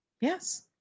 yes